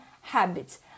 habits